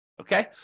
Okay